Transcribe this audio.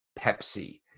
Pepsi